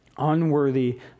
Unworthy